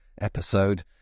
episode